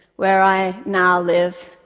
where i now live.